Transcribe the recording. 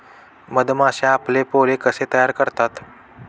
मधमाश्या आपले पोळे कसे तयार करतात?